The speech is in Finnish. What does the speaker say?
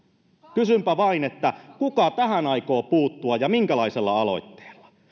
kysynpä vain kuka tähän aikoo puuttua ja minkälaisella aloitteella